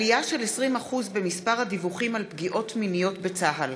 עלייה של 20% במספר הדיווחים על פגיעות מיניות בצה"ל.